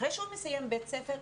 אחרי שהוא מסיים בית ספר,